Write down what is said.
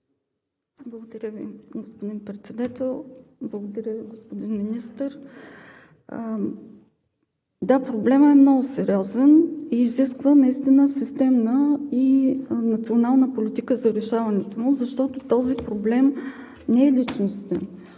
Благодаря Ви, господин Председател. Благодаря Ви, господин Министър. Да, проблемът е много сериозен и изисква наистина системна и национална политика за решаването му, защото този проблем не е личностен